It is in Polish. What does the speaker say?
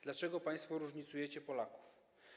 Dlaczego państwo różnicujecie Polaków?